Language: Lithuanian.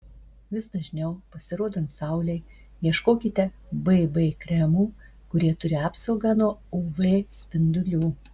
vis dažniau pasirodant saulei ieškokite bb kremų kurie turi apsaugą nuo uv spindulių